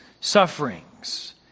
sufferings